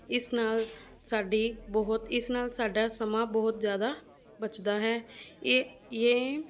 ਇਸ ਨਾਲ ਸਾਡੀ ਬਹੁਤ ਇਸ ਨਾਲ ਸਾਡਾ ਸਮਾਂ ਬਹੁਤ ਜ਼ਿਆਦਾ ਬਚਦਾ ਹੈ ਇਹ ਯੇ